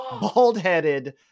bald-headed